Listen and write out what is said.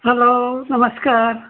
hello नमस्कार